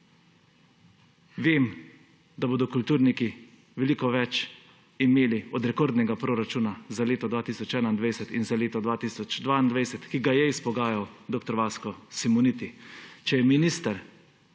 Vem, da bodo kulturniki veliko več imeli od rekordnega proračuna za leto 2021 in za leto 2022, ki ga je izpogajal dr. Vasko Simoniti. Če je minister